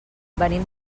venim